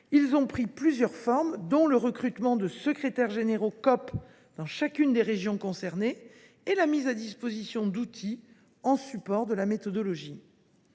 qui a pris plusieurs formes comme le recrutement de secrétaires généraux de COP dans chacune des régions concernées et la mise à disposition d’outils en support de la méthodologie.